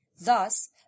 Thus